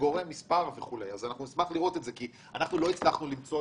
נרצה לדבר קצת